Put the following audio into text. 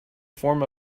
form